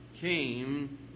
came